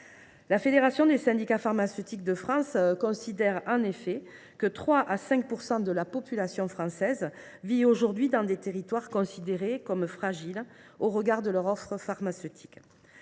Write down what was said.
La Fédération des syndicats pharmaceutiques de France (FSPF) considère en effet que de « 3 à 5 % de la population française vit aujourd’hui dans des territoires considérés comme fragiles au regard de leur offre pharmaceutique